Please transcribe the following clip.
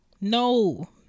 no